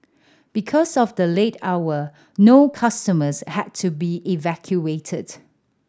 because of the late hour no customers had to be evacuated